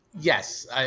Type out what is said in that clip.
Yes